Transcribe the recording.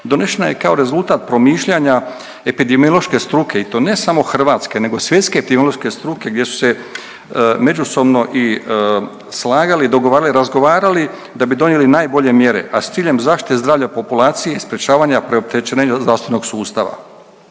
donešena je kao rezultat promišljanja epidemiološke struke i to ne samo hrvatske nego i svjetske epidemiološke struke gdje su se međusobno i slagali i dogovarali i razgovarali da bi donijeli najbolje mjere, a s ciljem zaštite zdravlja populacije i sprječavanja preopterećenja zdravstvenog sustava.